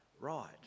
right